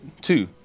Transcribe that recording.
two